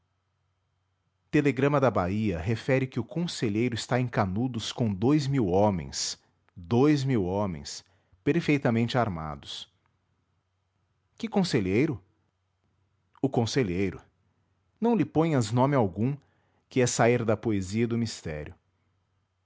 telegrama da bahia refere que o conselheiro está em canudos com dois mil homens dous mil homens perfeitamente armados que conselheiro o conselheiro não lhe ponhas nome algum que é sair da poesia e do mistério